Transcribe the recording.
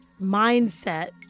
mindset